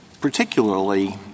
particularly